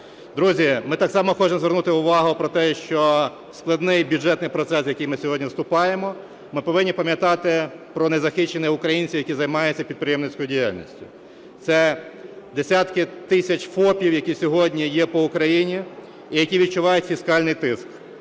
Друзі, ми так само хочемо звернути увагу на те, що складному бюджетному процесі, в який ми сьогодні вступаємо, ми повинні пам'ятати про незахищених українців, які займаються підприємницькою діяльністю. Це десятки тисяч ФОПів, які сьогодні є по Україні і які відчувають фіскальний тиск.